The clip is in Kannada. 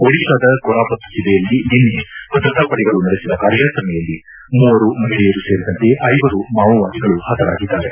ಒಡಿತಾದ ಕೊರಾಪತ್ ಜಿಲ್ಲೆಯಲ್ಲಿ ನಿನ್ನೆ ಭದ್ರತಾ ಪಡೆಗಳು ನಡೆಸಿದ ಕಾರ್ಯಾಚರಣೆಯಲ್ಲಿ ಮೂವರು ಮಹಿಳೆಯರು ಸೇರಿದಂತೆ ಐವರು ಮಾವೋವಾದಿಗಳು ಹತರಾಗಿದ್ದಾರೆ